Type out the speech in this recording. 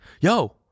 yo